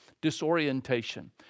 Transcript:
disorientation